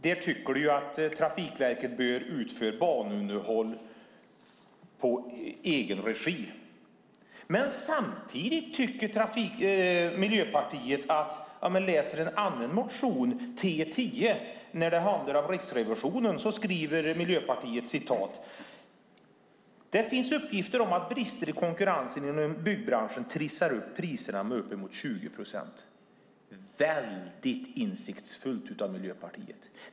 Där tycker de att Trafikverket bör utföra banunderhåll i egen regi. Samtidigt skriver Miljöpartiet i motion 2010/11:T10 om Riksrevisionen: "Det finns uppgifter om att brister i konkurrensen inom byggbranschen trissar upp priserna med upp till 20 %." Detta är väldigt insiktsfullt av Miljöpartiet.